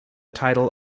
title